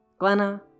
Glenna